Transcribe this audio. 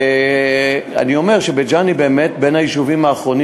אני אומר שבית-ג'ן הוא באמת בין היישובים האחרונים